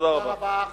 תודה רבה.